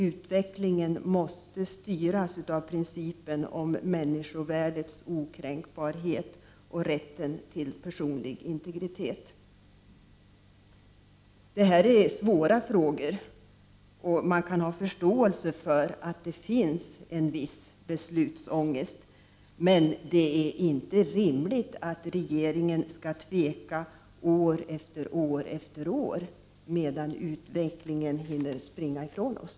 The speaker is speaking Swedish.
Utvecklingen måste styras utifrån principen om människovärdets okränkbarhet och rätten till personlig integritet. Detta är svåra frågor, och man kan ha förståelse för att det finns en viss beslutsångest. Men det är inte rimligt att regeringen skall tveka år efter år medan utvecklingen springer ifrån oss.